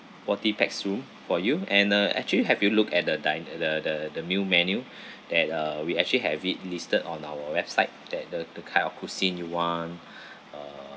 forty pax room for you and uh actually have you look at the dine at the the the new menu that uh we actually have it listed on our website that the the kind of cuisine you want uh